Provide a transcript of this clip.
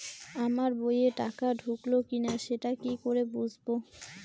আমার বইয়ে টাকা ঢুকলো কি না সেটা কি করে বুঝবো?